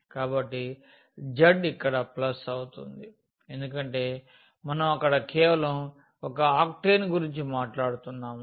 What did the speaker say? కాబట్టి z ఇక్కడ plus అవుతుంది ఎందుకంటే మనం అక్కడ కేవలం ఒక ఆక్టేన్ గురించి మాట్లాడుతున్నాము